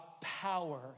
power